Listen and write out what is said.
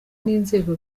n’inzego